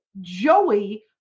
Joey